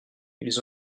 ils